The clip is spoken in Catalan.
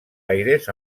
aires